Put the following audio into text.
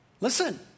Listen